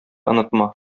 онытма